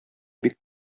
бик